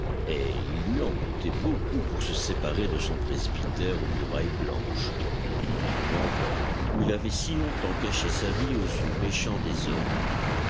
et il lui en coûtait beaucoup pour se séparer de son presbytère aux murailles blanches aux contrevents verts où il avait si longtemps caché sa vie aux yeux méchants des hommes